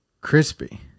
crispy